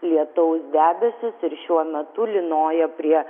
lietaus debesys ir šiuo metu lynoja prie